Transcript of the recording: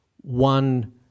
one